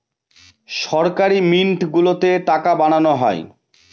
সরকারি মিন্ট গুলোতে টাকা বানানো হয়